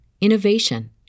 innovation